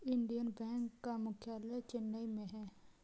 Indian bank का मुख्यालय चेन्नई में है